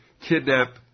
kidnap